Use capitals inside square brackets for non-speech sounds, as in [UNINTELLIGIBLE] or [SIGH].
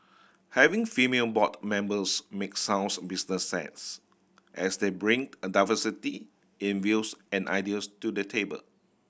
having female board members make sounds business sense as they bring [UNINTELLIGIBLE] a diversity in views and ideas to the table